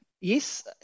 Yes